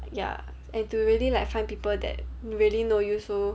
ya and to really like find people that really know you so